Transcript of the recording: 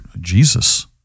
Jesus